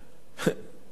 תופעה: